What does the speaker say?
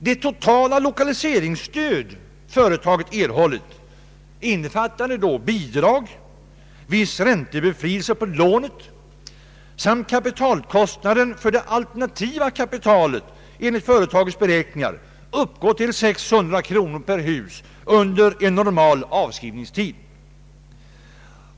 Det totala lokaliseringsstöd som företaget erhållit, innefattande bidrag, viss räntebefrielse på lånet samt kapitalkostnaden för det alternativa kapitalet enligt företagets beräkningar, uppgår till 600 kronor per hus under en normal avskrivningstid.